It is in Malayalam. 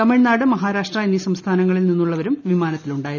തമിഴ്നാട് മഹാരാഷ്ട്ര എന്നീ സംസ്ഥാനങ്ങളിൽ നിന്നുള്ളവരും വിമാനത്തിലുണ്ടായിരുന്നു